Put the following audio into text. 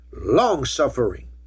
longsuffering